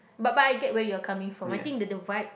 but but I get where you are coming from I think the the vibe